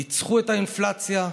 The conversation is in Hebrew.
ניצחו את האינפלציה,